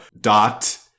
Dot